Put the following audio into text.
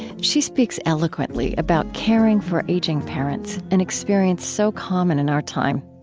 she speaks eloquently about caring for aging parents, an experience so common in our time.